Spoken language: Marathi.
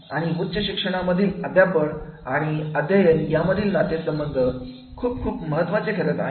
आणि उच्च शिक्षणामधील अध्यापन आणि अध्ययन यामधील नातेसंबंध खूप खूप महत्त्वाचे ठरत आहेत